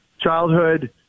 childhood